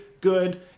good